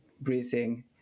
breathing